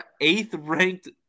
eighth-ranked